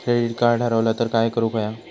Credit card हरवला तर काय करुक होया?